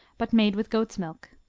but made with goat's milk.